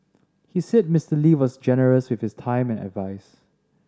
he said Mister Lee was generous with his time and advise